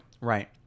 Right